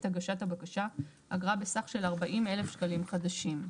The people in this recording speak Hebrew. הגשת הבקשה אגרה בסך של 40,000 שקלים חדשים.